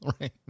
Right